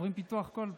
עוברים פיתוח קול פה.